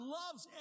loves